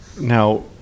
now